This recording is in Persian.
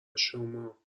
شما